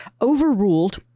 overruled